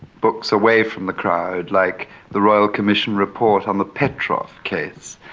books away from the crowd, like the royal commission report on the petrov case.